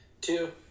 Two